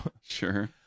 Sure